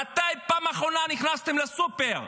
מתי פעם אחרונה נכנסתם לסופר?